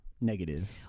negative